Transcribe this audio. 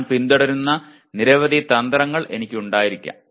ഞാൻ പിന്തുടരുന്ന നിരവധി തന്ത്രങ്ങൾ എനിക്ക് ഉണ്ടായിരിക്കാം